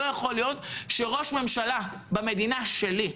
אמרתי שלא יכול להיות שראש הממשלה במדינה שלי,